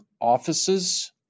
offices